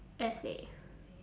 essay